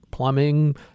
plumbing